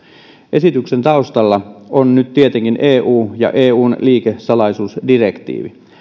esityksen taustalla on nyt tietenkin eu ja eun liikesalaisuusdirektiivi